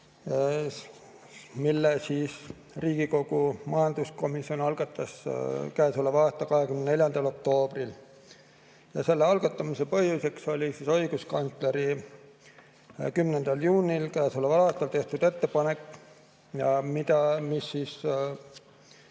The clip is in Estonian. mille Riigikogu majanduskomisjon algatas käesoleva aasta 24. oktoobril. Selle algatamise põhjuseks oli õiguskantsleri 10. juunil käesoleval aastal tehtud ettepanek, mis leidis